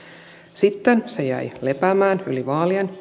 sitten se jäi lepäämään yli vaalien